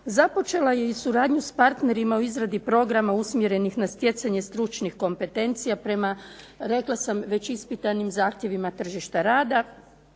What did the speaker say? Započela je i suradnju s partnerima u izradi programa usmjerenih na stjecanje stručnih kompetencija prema rekla sam već ispitanim zahtjevima tržišta rada